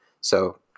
So-